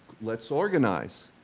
let's organize!